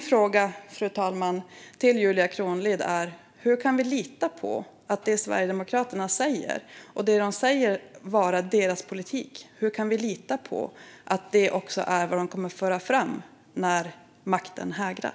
Min fråga till Julia Kronlid är: Hur kan vi lita på att det som Sverigedemokraterna säger och det som de säger är deras politik är vad de kommer att föra fram när makten hägrar?